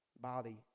body